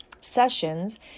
sessions